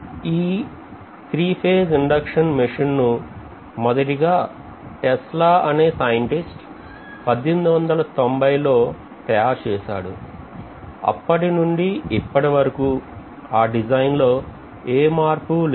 ఈ three phase induction machine ను మొదటిగా Tesla అనే సైంటిస్ట్ 1890 లో తయారు చేశాడు అప్పటినుండి ఇప్పటివరకూ ఆ డిజైన్ లో ఏ మార్పూ లేదు